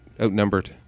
outnumbered